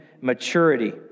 maturity